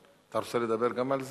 אתה רוצה לדבר גם על זה?